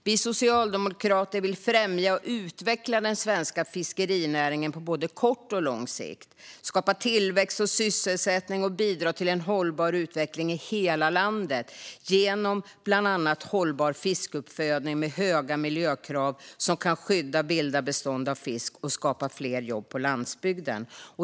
Vi socialdemokrater vill främja och utveckla den svenska fiskerinäringen på både kort och lång sikt, skapa tillväxt och sysselsättning och bidra till en hållbar utveckling i hela landet genom bland annat hållbar fiskuppfödning med höga miljökrav som kan skydda vilda bestånd av fisk och skapa fler jobb på landsbygden.